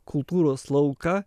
kultūros lauką